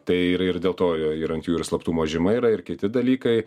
tai ir ir dėl to jų ant jų ir slaptumo žyma yra ir kiti dalykai